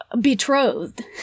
betrothed